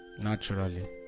naturally